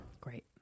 Great